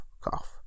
cough